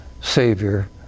savior